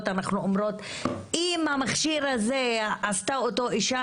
אנחנו אומרים שאם את המכשיר היתה עושה אישה,